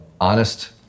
honest